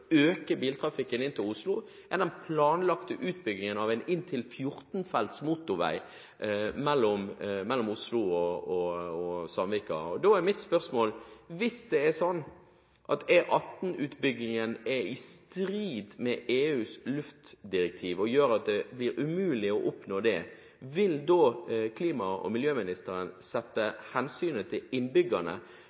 biltrafikken inn til Oslo, er den planlagte utbyggingen av en inntil 14-felts motorvei mellom Oslo og Sandvika. Mitt spørsmål er: Hvis det er sånn at E18-utbyggingen er i strid med EUs luftdirektiv og gjør at dette blir umulig å oppnå, vil klima- og miljøministeren sette hensynet til